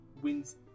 wins